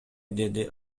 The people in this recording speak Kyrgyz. деди